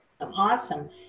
awesome